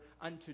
unto